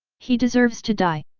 he deserves to die!